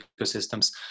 ecosystems